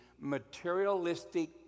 materialistic